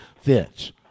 fits